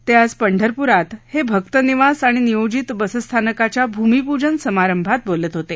ते आज पंढरप्रात हे भक्तनिवास आणि नियोजित बसस्थानकाच्या भूमिपूजन समारंभात बोलत होते